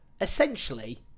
essentially